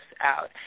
out